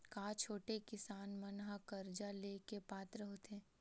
का छोटे किसान मन हा कर्जा ले के पात्र होथे?